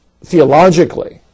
theologically